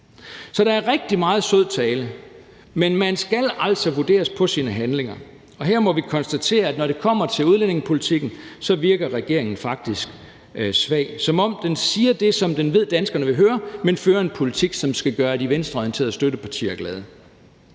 Så der er rigtig meget sød tale, men man skal altså vurderes på sine handlinger, og her må vi konstatere, at når det kommer til udlændingepolitikken, så virker regeringen faktisk svag – som om den siger det, den ved danskerne vil høre, men fører en politik, som skal gøre de venstreorienterede støttepartier glade.